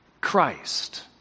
christ